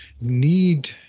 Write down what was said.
need